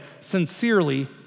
Sincerely